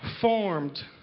formed